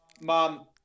mom